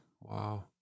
Wow